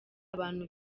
abantu